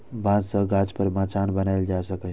बांस सं गाछ पर मचान बनाएल जा सकैए